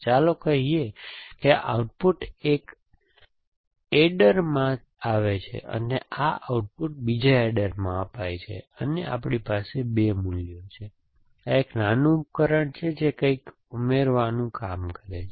ચાલો કહીએ કે આ આઉટપુટ એક એડરમાંથી આવે છે અને આ આઉટપુટ બીજા એડરમાં આપાય છે અને આપણી પાસે 2 મૂલ્યો છે અહીં એક નાનું ઉપકરણ છે જે કંઈક ઉમેરવાનું કામ કરે છે